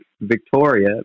Victoria